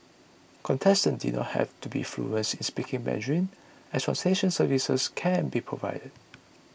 contestants did not have to be fluent in speaking Mandarin as translation services can be provided